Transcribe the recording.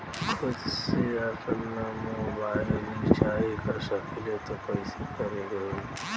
खुद से आपनमोबाइल रीचार्ज कर सकिले त कइसे करे के होई?